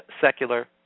secular